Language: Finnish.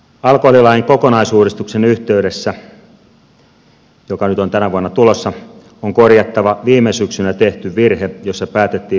alkoholilain kokonaisuudistuksen yhteydessä joka on nyt tänä vuonna tulossa on korjattava viime syksynä tehty virhe jossa päätettiin mainonnasta